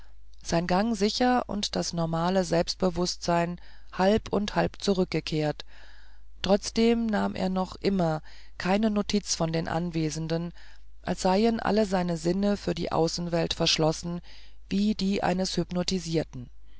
sein gang sicher und das normale selbstbewußtsein halb und halb zurückkehrend trotzdem nahm er noch immer keine notiz von den anwesenden als seien alle seine sinne für die außenwelt verschlossen wie die eines hypnotisierten